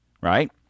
right